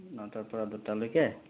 নটাৰপৰা দুটালৈকে